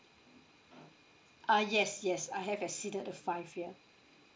uh yes yes I have exceeded the five year